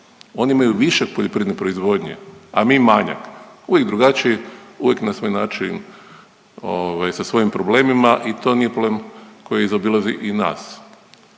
oni imaju više poljoprivredne proizvodnje, a mi manjak, uvijek drugačiji, uvijek na svoj način ovaj sa svojim problemima i to nije problem koji zaobilazi i nas.